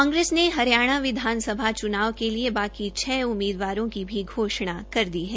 कांग्रेस ने हरियाणा विधानसभा चूनाव के लिए बाकी छ उम्मीदवार की भी घोषणा कर दी है